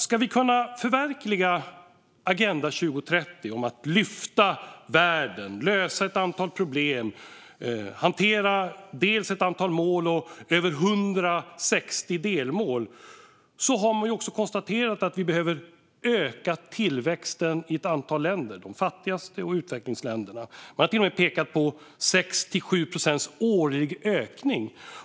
Ska vi kunna förverkliga Agenda 2030 om att lyfta världen, lösa ett antal problem, hantera ett antal mål och över 160 delmål har man konstaterat att vi behöver öka tillväxten i ett antal länder - i de fattigaste länderna och i utvecklingsländerna. Man har till och med pekat på 6-7 procents årlig ökning.